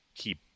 keep